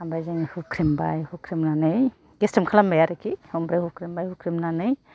ओमफ्राय जोङो होख्रेमबाय होख्रमनानै गेस्रेम खालामबाय आरिखि ओमफ्राय हुख्रेमबाय हुख्रेमनानै